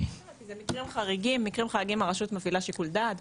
במקרים חריגים הרשות מפעילה שיקול דעת,